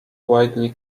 widely